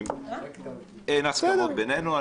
אין הסכמות בינינו.